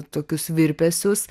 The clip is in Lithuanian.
tokius virpesius